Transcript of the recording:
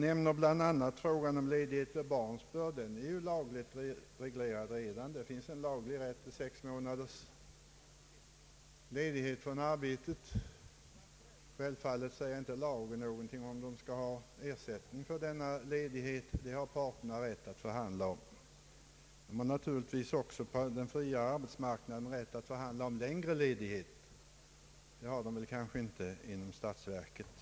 De nämner bl.a. ledighet för barnsbörd. Den är ju redan lagligt reglerad. Det finns en laglig rätt till sex månaders ledighet från arbetet. Självfallet säger lagen inte någonting om ersättningen för denna ledighet. Det har parterna rätt att förhandla om. På den fria arbetsmarknaden kan de också förhandla om längre ledighet — det går kanske inte inom statsverket.